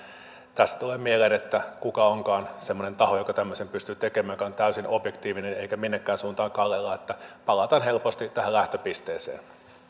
tästä tulee mieleen että kuka onkaan semmoinen taho joka tämmöisen pystyy tekemään ja joka on täysin objektiivinen eikä minnekään suuntaan kallellaan että palataan helposti tähän lähtöpisteeseen